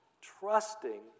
Trusting